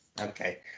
Okay